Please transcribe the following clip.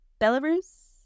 Belarus